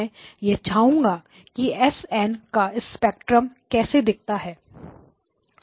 मैं यह जानना चाहूंगा कि s n का स्पेक्ट्रम कैसा दिखता है